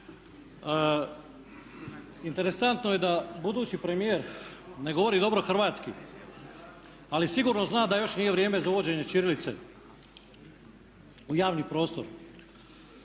Interesantno je da budući premijer ne govori dobro hrvatski ali sigurno zna da još nije vrijeme za uvođenje ćirilice u javni prostor.